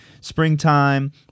springtime